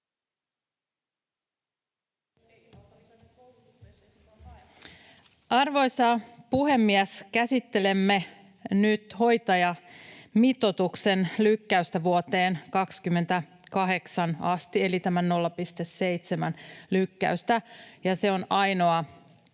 Arvoisa puhemies! Käsittelemme nyt hoitajamitoituksen lykkäystä vuoteen 28 asti eli tämän 0,7:n lykkäystä, ja se on ainoa